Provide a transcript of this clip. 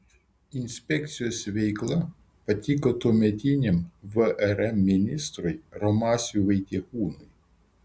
inspekcijos veikla patiko tuometiniam vrm ministrui romasiui vaitekūnui